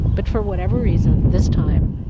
but, for whatever reason this time,